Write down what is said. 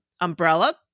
umbrella